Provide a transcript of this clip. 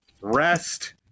Rest